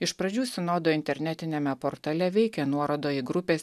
iš pradžių sinodo internetiniame portale veikė nuoroda į grupės